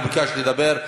והוא ביקש לדבר.